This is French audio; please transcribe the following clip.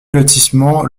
lotissement